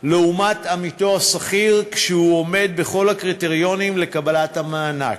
לעומת עמיתו השכיר כשהוא עומד בכל הקריטריונים לקבלת המענק,